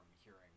hearing